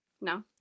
No